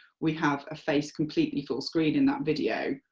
we have a face completely full screen in that video,